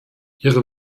ihre